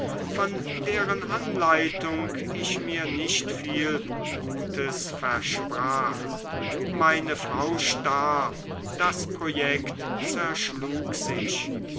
von deren anleitung ich mir nicht viel gutes versprach meine frau starb das projekt zerschlug sich